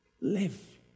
Live